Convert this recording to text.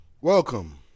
Welcome